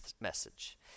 message